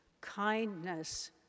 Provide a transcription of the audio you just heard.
kindness